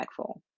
impactful